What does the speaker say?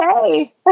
hey